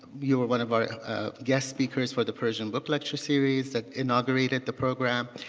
you were one of our guest speakers for the persian book lecture series that inaugurated the program.